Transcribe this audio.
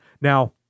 Now